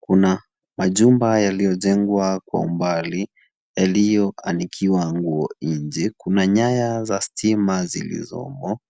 Kuna majumba yaliyojengwa kwa umbali, iliyo anikiwa nguo nje. Kuna nyaya za stima zilizomo.